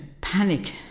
panic